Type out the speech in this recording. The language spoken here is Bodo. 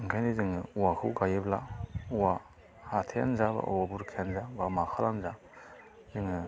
ओंखायनो जोङो औवाखौ गायोब्ला औवा हाथायानो जा औवा बुरखायानो जा बा माखायानो जा जोङो